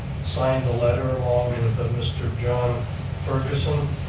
signed the letter along and with a mr. john ferguson,